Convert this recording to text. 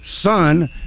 son